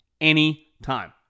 anytime